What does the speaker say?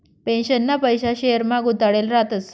पेन्शनना पैसा शेयरमा गुताडेल रातस